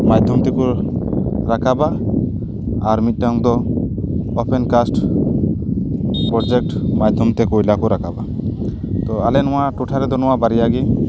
ᱢᱟᱫᱽᱫᱷᱚᱢ ᱛᱮᱠᱚ ᱨᱟᱠᱟᱵᱟ ᱟᱨ ᱢᱤᱫᱴᱟᱝ ᱫᱚ ᱳᱯᱮᱱ ᱠᱟᱥᱴ ᱯᱨᱳᱡᱮᱠᱴ ᱢᱟᱫᱽᱫᱷᱚᱢ ᱛᱮ ᱠᱚᱭᱞᱟ ᱠᱚ ᱨᱟᱠᱟᱵᱟ ᱛᱚ ᱟᱞᱮ ᱱᱚᱣᱟ ᱴᱚᱴᱷᱟ ᱨᱮᱫᱚ ᱱᱚᱣᱟ ᱵᱟᱨᱭᱟᱜᱮ